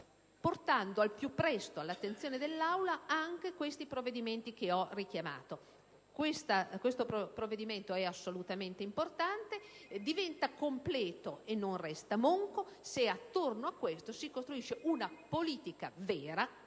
portando al più presto all'attenzione dell'Aula anche i provvedimenti che ho richiamato. Il provvedimento in esame è assolutamente importante e diventa completo e non resta monco se attorno ad esso si costruisce una politica vera,